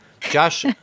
Josh